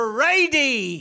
Brady